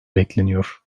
bekleniyor